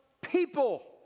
people